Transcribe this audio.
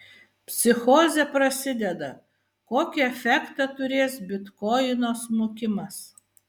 psichozė prasideda kokį efektą turės bitkoino smukimas